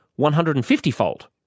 150-fold